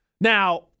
Now